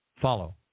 follow